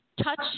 touch